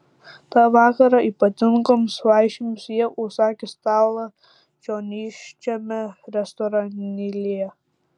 tą vakarą ypatingoms vaišėms jie užsakė stalą čionykščiame restoranėlyje